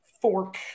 fork